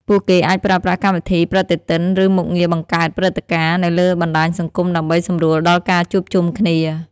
ពួកគេអាចប្រើប្រាស់កម្មវិធីប្រតិទិនឬមុខងារបង្កើតព្រឹត្តិការណ៍នៅលើបណ្តាញសង្គមដើម្បីសម្រួលដល់ការជួបជុំគ្នា ។